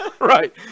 Right